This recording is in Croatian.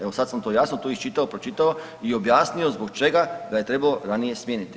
Evo sad sam to jasno tu iščitao, pročitao i objasnio zbog čega ga je trebalo ranije smijeniti.